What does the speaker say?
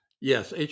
yes